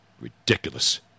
Ridiculous